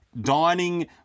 dining